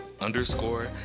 underscore